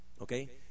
Okay